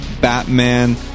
Batman